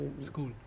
school